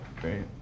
Great